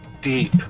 deep